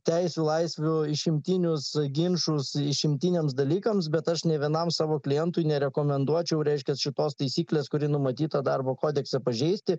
teisių laisvių išimtinius e ginčus išimtiniams dalykams bet aš nė vienam savo klientui nerekomenduočiau reiškia šitos taisyklės kuri numatyta darbo kodekse pažeisti